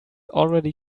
already